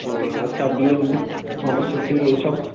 ও আচ্ছা বিন মটরশুঁটি এইসব